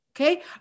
Okay